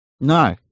no